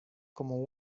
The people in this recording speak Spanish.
como